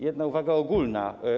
Jedna uwaga ogólna.